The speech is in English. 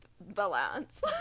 Balance